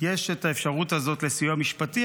יש האפשרות הזו לסיוע משפטי,